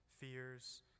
fears